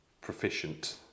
proficient